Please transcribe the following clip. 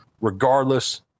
Regardless